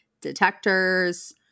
detectors